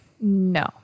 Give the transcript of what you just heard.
No